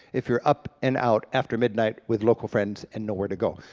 if you're up and out after midnight with local friends and nowhere to go.